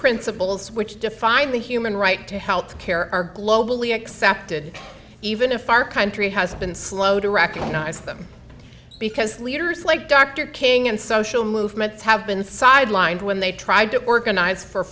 principles which define the human right to health care are globally accepted even if our country has been slow to recognize them because leaders like dr king and social movements have been sidelined when they tried to organize for